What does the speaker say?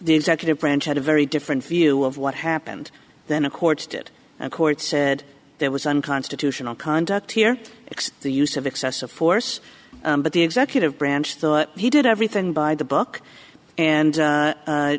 the executive branch had a very different view of what happened then the courts did and court said there was unconstitutional conduct here it's the use of excessive force but the executive branch thought he did everything by the book and